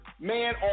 man